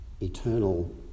eternal